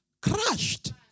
crushed